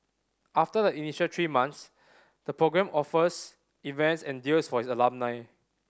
after the initial three months the program offers events and deals for its alumni